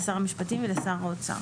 לשר המשפטים ולשר האוצר.